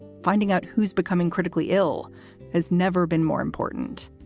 finding out who's becoming critically ill has never been more important.